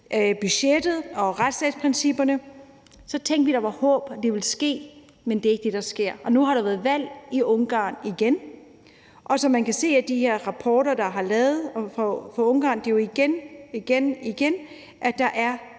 budgettet og retsstatsprincipperne, tænkte vi, at der var håb om, at det ville ske, men det er ikke det, der sker. Nu har der været valg i Ungarn igen, og som man kan se af de her rapporter, der er lavet om Ungarn, er det jo igen igen, at der er